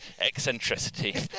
eccentricity